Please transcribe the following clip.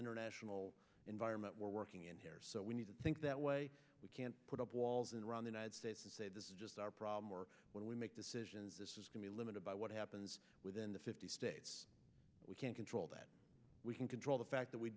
international environment we're working in here so we need to think that way we can't put up walls around the united states and say this is just our problem or where we make decisions can be limited by what happens within the fifty states we can control that we can control the fact that we